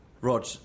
Rog